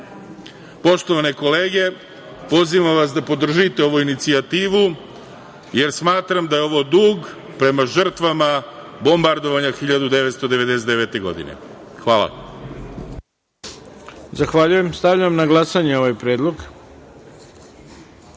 razarana. Poštovane kolege, pozivam vas da podržite ovu inicijativu, jer smatram da je ovo dug prema žrtvama bombardovanja 1999. godine. Hvala. **Ivica Dačić** Zahvaljujem. Stavljam na glasanje ovaj